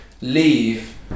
leave